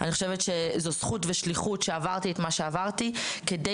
אני חושבת שזו זכות ושליחות שעברתי את מה שעברתי כדי